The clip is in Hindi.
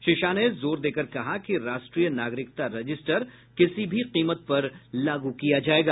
श्री शाह ने जोर देकर कहा कि राष्ट्रीय नागरिकता रजिस्टर किसी भी कीमत पर लागू किया जाएगा